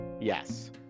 Yes